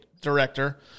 director